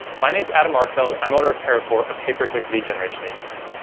my name is adam arkfeld, i'm owner of paracore, a pay-per-click lead generation agency.